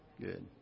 Good